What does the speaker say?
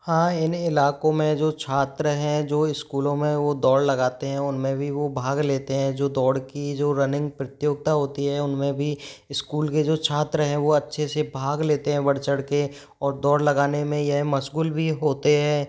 हाँ इन इलाकों में जो छात्र हैं जो स्कूलों में वह दौड़ लगाते हैं उनमें भी वह भाग लेते हैं जो दौड़ की जो रनिंग प्रतियोगिता होती है उनमें भी स्कूल के जो छात्र हैं वह अच्छे से भाग लेते हैं बढ़ चढ़ कर और दौड़ लगाने में यह मशगूल भी होते हैं